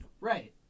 Right